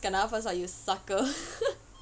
kena first what you sucker